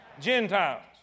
Gentiles